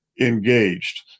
engaged